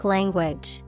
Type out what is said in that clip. Language